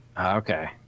Okay